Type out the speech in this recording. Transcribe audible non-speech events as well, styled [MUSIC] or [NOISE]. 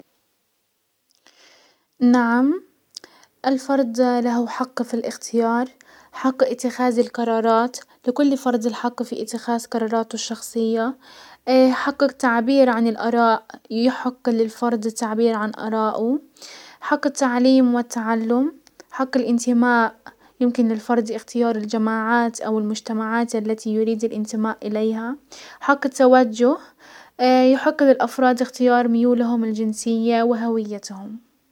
نعم الفرد له حق في الاختيار، حق اتخاذ القرارات لكل فرد الحق في اتخاز قراراته الشخصية، [HESITATION] حقق تعبير عن الاراء، يحق للفرد التعبير عن ارائه، حق التعليم والتعلم حق الانتماء، يمكن للفرد اختيار الجماعات او المجتمعات التي يريد الانتماء اليهام حق التوجه [HESITATION] يحقق للافراد اختيار ميولهم الجنسية وهويتهم.